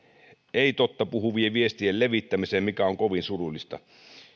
ei totta puhuvien viestien levittämisen mikä on kovin surullista